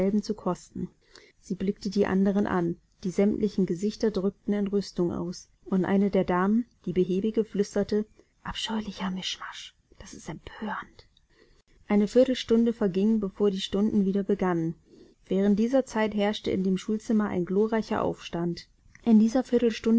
zu kosten sie blickte die anderen an die sämtlichen gesichter drückten entrüstung aus und eine der damen die behäbige flüsterte abscheulicher mischmasch das ist empörend eine viertelstunde verging bevor die stunden wieder begannen während dieser zeit herrschte in dem schulzimmer ein glorreicher aufstand in dieser